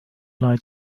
light